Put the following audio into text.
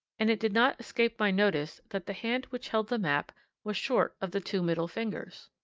and it did not escape my notice that the hand which held the map was short of the two middle fingers.